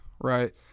right